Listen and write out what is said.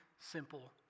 Simple